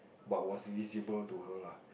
but what visible to her lah